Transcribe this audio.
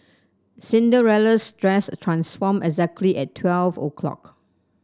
Cinderella's dress transformed exactly at twelve o'clock